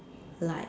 like